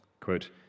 quote